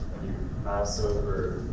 mouse over